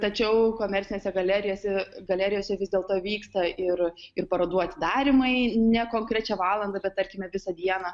tačiau komercinėse galerijose galerijose vis dėlto vyksta ir ir parodų atidarymai ne konkrečią valandą bet tarkime visą dieną